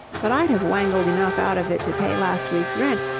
but i'd have wangled enough out of it to pay last week's rent,